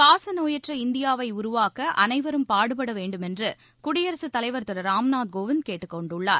காசநோயற்ற இந்தியாவைஉருவாக்கஅனைவரும் பாடுபடவேண்டுமென்றுகுடியரசுத் தலைவா் திருராம்நாத் கோவிந்த் கேட்டுக்கொண்டுள்ளார்